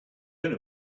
going